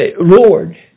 Lord